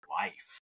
life